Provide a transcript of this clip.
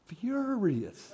furious